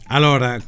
Allora